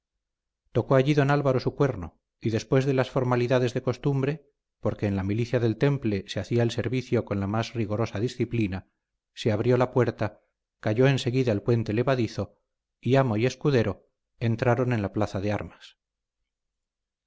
tocó allí don álvaro su cuerno y después de las formalidades de costumbre porque en la milicia del temple se hacía el servicio con la más rigorosa disciplina se abrió la puerta cayó enseguida el puente levadizo y amo y escudero entraron en la plaza de armas